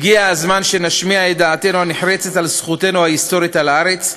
הגיע הזמן שנשמיע את דעתנו הנחרצת על זכותנו ההיסטורית על הארץ,